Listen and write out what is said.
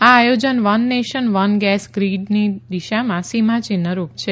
આ આયોજન one nation one gas ગ્રીડની દિશામાં સીમાચિન્હરૂપ છે